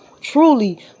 truly